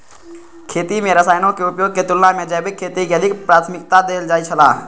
खेती में रसायनों के उपयोग के तुलना में जैविक खेती के अधिक प्राथमिकता देल जाय छला